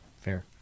fair